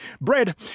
Bread